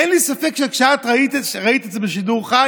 אין לי ספק שכשאת ראית את זה בשידור חי,